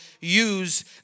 use